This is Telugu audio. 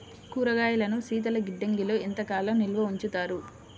కూరగాయలను శీతలగిడ్డంగిలో ఎంత కాలం నిల్వ ఉంచుతారు?